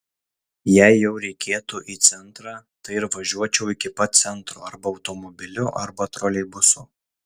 jei jau reikėtų į centrą tai ir važiuočiau iki pat centro arba automobiliu arba troleibusu